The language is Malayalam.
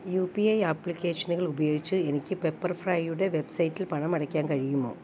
യു പി ഐ അപ്ലിക്കേഷനുകൾ ഉപയോഗിച്ച് എനിക്ക് പെപ്പർ ഫ്രൈയുടെ വെബ്സൈറ്റിൽ പണമടയ്ക്കാൻ കഴിയുമോ